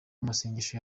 amasengesho